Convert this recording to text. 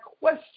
question